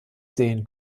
sehen